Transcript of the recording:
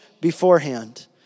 beforehand